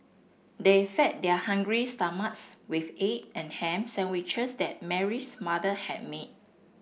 they fed their hungry stomachs with egg and ham sandwiches that Mary's mother had made